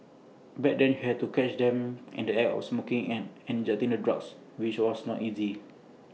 back then you had to catch them in the act of smoking and injecting the drugs which was not easy